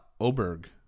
Oberg